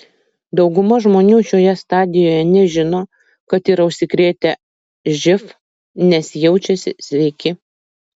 dauguma žmonių šioje stadijoje nežino kad yra užsikrėtę živ nes jaučiasi sveiki